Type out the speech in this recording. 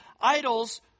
idols